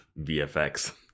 VFX